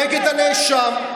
נגד הנאשם,